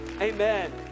Amen